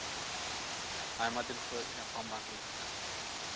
ᱟᱭᱢᱟ ᱫᱤᱱ ᱠᱷᱚᱡ ᱧᱟᱯᱟᱢ ᱵᱟᱝ ᱦᱩᱭ ᱠᱟᱱᱟ